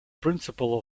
principle